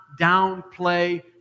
downplay